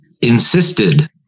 insisted